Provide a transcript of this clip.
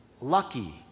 Lucky